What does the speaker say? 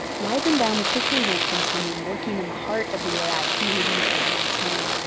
weizenbaum quickly went from someone working in the heart of the ai community at mit,